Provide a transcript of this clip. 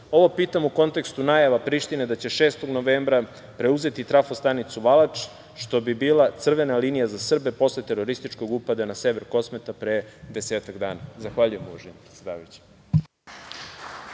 pitam u kontekstu najava Prištine da će 6. novembra preuzeti trafostanicu „Valač“, što bi bila crvena linija za Srbe, posle terorističkog upada na sever Kosmeta pre desetak dana. Zahvaljujem, uvaženi predsedavajući.